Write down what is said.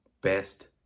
Best